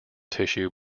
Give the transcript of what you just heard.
tissue